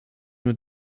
nur